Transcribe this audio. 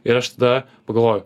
ir aš tada pagalvojau